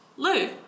Lou